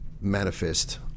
manifest